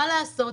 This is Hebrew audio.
מה לעשות,